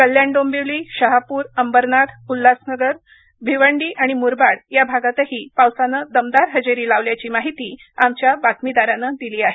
कल्याण डोंबिवली शहापूर अंबरनाथ उल्हासनगर भिवंडी आणि मुरबाड या भागातही पावसाने दमदार हजेरी लावल्याची माहिती आमच्या बातमीदारानं दिली आहे